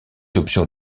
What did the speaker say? options